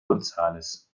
gonzález